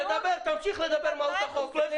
שתמשיך לדבר על מהות החוק -- לא.